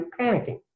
panicking